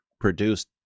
produced